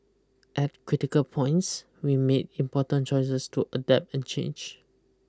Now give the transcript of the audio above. at critical points we made important choices to adapt and change